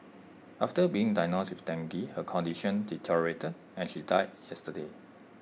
after being diagnosed with dengue her condition deteriorated and she died yesterday